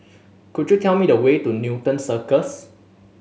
could you tell me the way to Newton Cirus